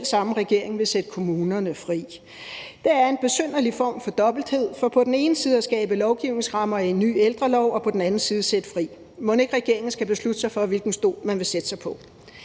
samme regering vil sætte kommunerne fri. Det er en besynderlig form for dobbelthed på den ene side at skabe lovgivningsrammer i en ny ældrelov og på den anden side at sætte fri. Mon ikke regeringen skal beslutte sig for, hvilken stol man vil sætte sig på?